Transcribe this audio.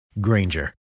Granger